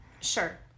Sure